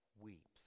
weeps